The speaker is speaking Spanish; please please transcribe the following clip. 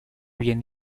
bien